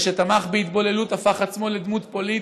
זה שתמך בהתבוללות, הפך עצמו לדמות פוליטית,